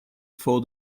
for